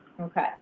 okay